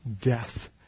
death